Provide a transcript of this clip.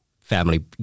family